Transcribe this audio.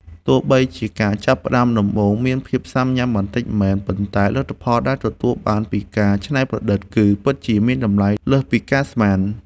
ទោះបីជាការចាប់ផ្តើមដំបូងមានភាពស៊ាំញ៉ាំបន្តិចមែន ប៉ុន្តែលទ្ធផលដែលទទួលបានពីការច្នៃប្រឌិតគឺពិតជាមានតម្លៃលើសពីការស្មាន។